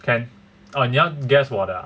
can oh 你要 guess 我的 ah